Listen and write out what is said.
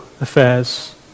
affairs